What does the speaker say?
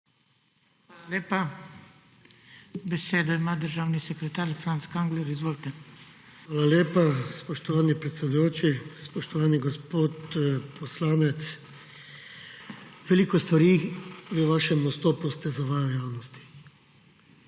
Hvala lepa. Besedo ima državni sekretar Franc Kangler. Izvolite. **FRANC KANGLER:** Hvala lepa, spoštovani predsedujoči. Spoštovani gospod poslanec. Veliko stvari v vašem nastopu ste zavajali javnosti.